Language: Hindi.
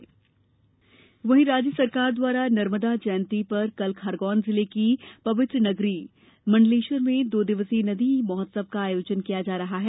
नदी महोत्सव राज्य शासन द्वारा नर्मदा जयंती पर कल खरगोन जिले की पवित्र नगरी मंडलेश्वर में दो दिवसीय नदी महोत्सव का आयोजन किया जा रहा है